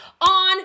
on